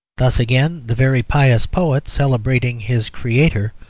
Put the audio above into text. thus, again, the very pious poet, celebrating his creator,